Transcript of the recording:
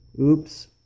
Oops